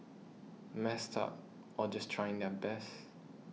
messed up or just trying their best